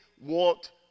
want